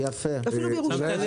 אפילו בירושלים.